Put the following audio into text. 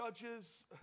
judges